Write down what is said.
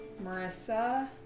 Marissa